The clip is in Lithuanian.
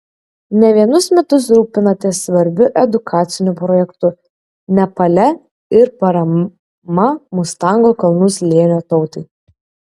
ne vienus metus rūpinatės svarbiu edukaciniu projektu nepale ir parama mustango kalnų slėnio tautai